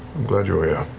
glad you're yeah